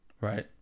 right